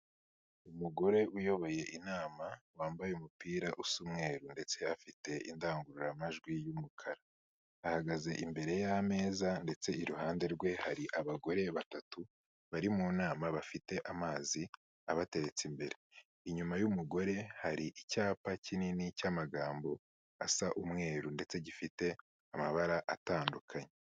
Umugore uyoboye inama wambaye umupira usa umweru ndetse afite indangururamajwi y'umukara, ahagaze imbere y'ameza ndetse iruhande rwe hari abagore batatu bari mu nama bafite amazi abateretse imbere, inyuma y'umugore hari icyapa kinini cy'amagambo asa umweru ndetse gifite amabara atandukanye.